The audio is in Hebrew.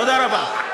תודה רבה.